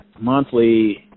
monthly